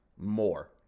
more